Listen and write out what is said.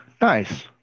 nice